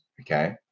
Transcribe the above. Okay